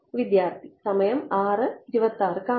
വിദ്യാർത്ഥി സമയം 0626 കാണുക